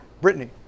Brittany